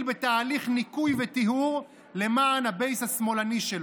בתהליך ניקוי וטיהור למען הבייס השמאלני שלו.